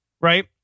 right